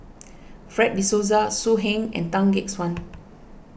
Fred De Souza So Heng and Tan Gek Suan